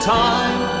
time